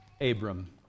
Abram